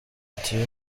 ati